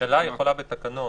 הממשלה יכולה בתקנות